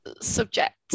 subject